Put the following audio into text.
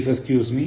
Please excuse me